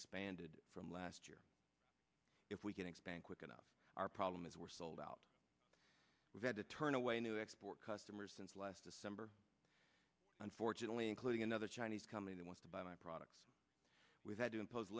expanded from last year if we can expand quick enough our problem is we're sold out we've had to turn away new export customers since last december unfortunately including another chinese company wants to buy my product we've had to impose